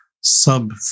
sub